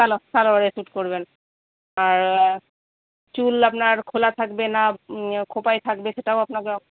সালোয়ারে shoot করবেন চুল আপনার আর খোলা থাকবে না খোঁপায় থাকবে সেটাও আপনাকে